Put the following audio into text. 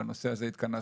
ולנושא הזה התכנסנו.